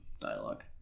dialogue